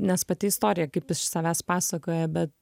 nes pati istorija kaip iš savęs pasakoja bet